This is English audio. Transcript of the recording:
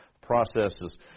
processes